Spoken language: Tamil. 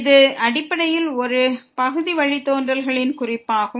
இது அடிப்படையில் ஒரு பகுதி வழித்தோன்றல்களின் குறிப்பாகும்